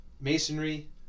masonry